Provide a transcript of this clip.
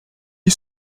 est